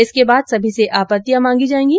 इसके बाद सभी से आपत्तियां मांगी जाएंगी